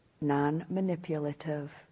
non-manipulative